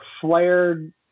flared